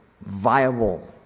viable